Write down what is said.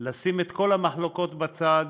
לשים את כל המחלוקות בצד